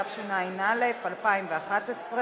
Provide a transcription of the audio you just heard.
התשע"א 2011,